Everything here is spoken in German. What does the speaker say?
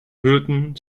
hirten